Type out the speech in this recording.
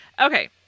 Okay